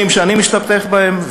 הדיונים שאני משתתף בהם,